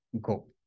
go